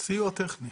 סיוע טכני.